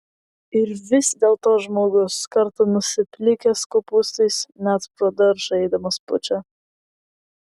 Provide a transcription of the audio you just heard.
ir vis dėlto žmogus kartą nusiplikęs kopūstais net pro daržą eidamas pučia